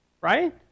Right